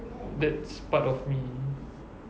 that's part of me